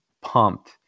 pumped